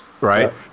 right